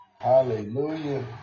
hallelujah